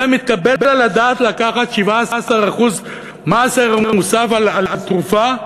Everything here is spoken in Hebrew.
זה מתקבל על הדעת לקחת 17% מס ערך מוסף על תרופה?